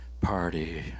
party